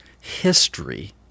history